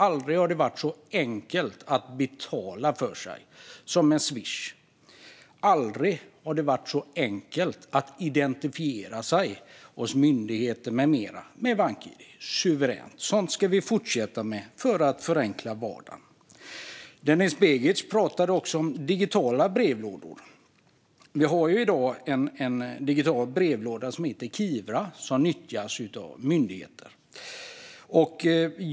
Aldrig har det varit så enkelt att betala för sig som med Swish, och aldrig har det varit så enkelt att identifiera sig hos myndigheter med flera som med bank-id. Sådant ska vi fortsätta med för att förenkla vardagen. Denis Begic talade också om digitala brevlådor. I dag nyttjas den digitala brevlådan Kivra av myndigheter.